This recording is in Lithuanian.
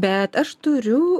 bet aš turiu